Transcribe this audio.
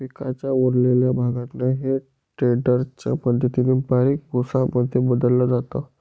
पिकाच्या उरलेल्या भागांना हे टेडर च्या मदतीने बारीक भुसा मध्ये बदलल जात